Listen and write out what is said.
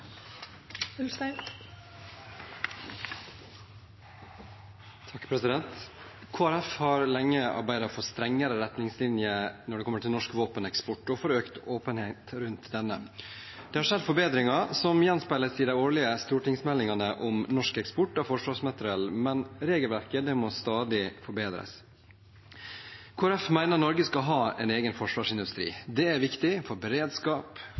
lenge arbeidet for strengere retningslinjer når det gjelder norsk våpeneksport, og for økt åpenhet rundt denne. Det har skjedd forbedringer, noe som gjenspeiles i de årlige stortingsmeldingene om norsk eksport av forsvarsmateriell, men regelverket må stadig forbedres. Kristelig Folkeparti mener at Norge skal ha en egen forsvarsindustri. Det er viktig for beredskap,